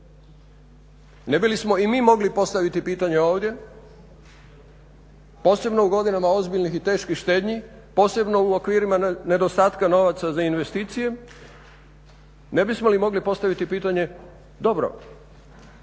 Ne bi li smo mi mogli postaviti pitanje ovdje posebno u godinama ozbiljnih i teških štednji, posebno u okvirima nedostatka novaca za investicije, ne bismo li mogli postaviti pitanje, dobro,